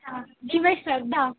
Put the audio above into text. हाँ जी मैं श्रद्धा